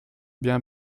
bien